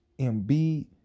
Embiid